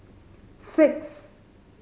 six